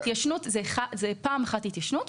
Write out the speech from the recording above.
ההתיישנות פירושה פעם אחת התיישנות,